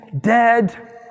dead